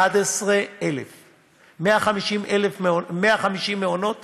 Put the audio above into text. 11,000. 150 מעונות